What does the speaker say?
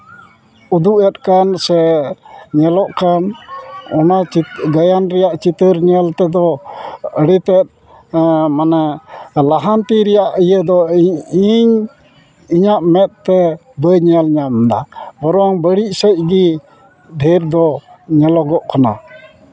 ᱩᱫᱩᱜ ᱮᱫ ᱠᱟᱱ ᱥᱮ ᱧᱮᱞᱚᱜ ᱠᱟᱱ ᱚᱱᱟ ᱜᱟᱭᱟᱱ ᱨᱮᱭᱟᱜ ᱪᱤᱛᱟᱹᱨ ᱧᱮᱞ ᱛᱮᱫᱚ ᱟᱹᱰᱤ ᱛᱮᱫ ᱢᱟᱱᱮ ᱞᱟᱦᱟᱱᱛᱤ ᱨᱮᱭᱟᱜ ᱤᱭᱟᱹᱫᱚ ᱤᱧ ᱤᱧᱟᱹᱜ ᱢᱮᱸᱫᱛᱮ ᱵᱟᱹᱧ ᱧᱮᱞ ᱧᱟᱢᱫᱟ ᱵᱚᱨᱚᱝ ᱵᱟᱹᱲᱤᱡ ᱥᱮᱫᱜᱮ ᱰᱷᱮᱨ ᱫᱚ ᱧᱮᱞᱚᱜᱚᱜ ᱠᱟᱱᱟ